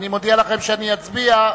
אני מודיע לכם שאני עורך הצבעה.